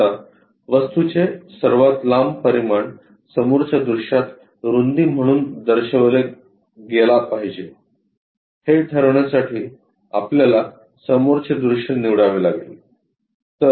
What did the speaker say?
आता वस्तूचे सर्वात लांब परिमाण समोरच्या दृश्यात रूंदी म्हणून दर्शविला गेला पाहिजे हे ठरवण्यासाठी आपल्याला समोरचे दृश्य निवडावे लागेल